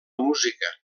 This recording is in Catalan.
música